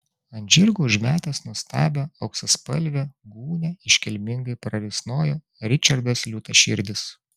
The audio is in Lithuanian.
ant žirgo užmetęs nuostabią auksaspalvę gūnią iškilmingai prarisnojo ričardas liūtaširdis